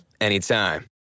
anytime